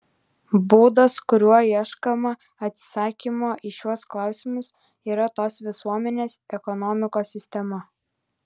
būdas kuriuo ieškoma atsakymo į šiuos klausimus yra tos visuomenės ekonomikos sistema